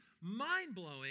mind-blowing